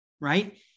right